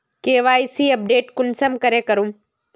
KYC update कुंसम करे करूम?